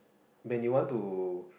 when you want to